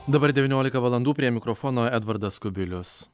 dabar devyniolika valandų prie mikrofono edvardas kubilius